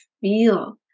feel